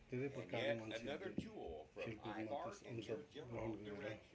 धेरै प्रकारले मान्छेहरूले खेलकुदमा त्यस अंश ग्रहण गरेर